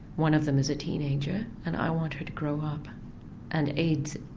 one of them is a teenager and i want her to grow up and aids